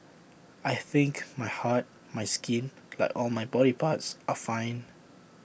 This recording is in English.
I think my heart my skin like all my body parts are fine